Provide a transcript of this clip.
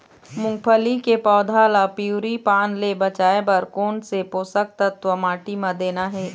मुंगफली के पौधा ला पिवरी पान ले बचाए बर कोन से पोषक तत्व माटी म देना हे?